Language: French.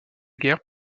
guerre